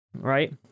right